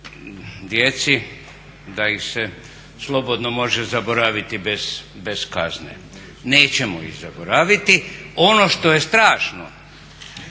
djeci da ih se slobodno može zaboraviti bez kazne. Nećemo ih zaboraviti. Ono što je strašno